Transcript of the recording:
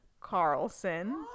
Carlson